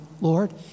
Lord